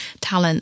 talent